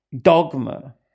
dogma